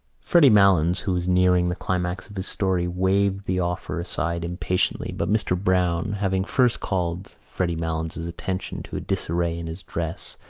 freddy malins, who was nearing the climax of his story, waved the offer aside impatiently but mr. browne, having first called freddy malins' attention to a disarray in his dress,